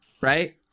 right